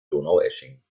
donaueschingen